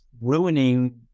ruining